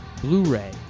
blu-ray